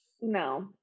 no